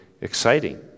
exciting